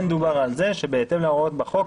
כן דובר על זה שבהתאם להוראות בחוק,